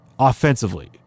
offensively